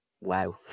Wow